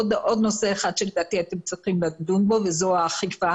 עוד נושא אחד שלדעתי אתם צריכים לדון בו וזה האכיפה.